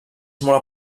molt